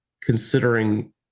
considering